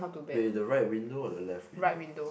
wait the right window or the left window